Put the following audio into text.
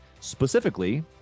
specifically